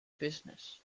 business